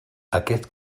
aquest